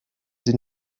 sie